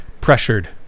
pressured